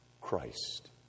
Christ